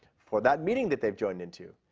for that meeting that they joined into.